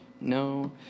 No